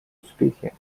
успехи